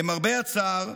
למרבה הצער,